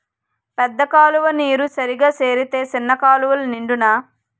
పెద్ద కాలువ నీరు సరిగా సేరితే సిన్న కాలువలు నిండునా